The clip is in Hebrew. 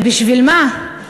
ובשביל מה?